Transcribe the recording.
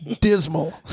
Dismal